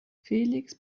felix